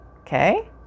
okay